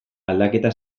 aldaketa